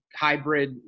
hybrid